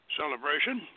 celebration